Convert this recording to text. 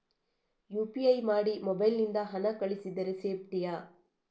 UPI ಮಾಡಿ mobile ನಿಂದ ಹಣ ಕಳಿಸಿದರೆ ಸೇಪ್ಟಿಯಾ?